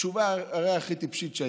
הרי זו התשובה הכי טיפשית שהייתה,